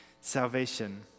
Salvation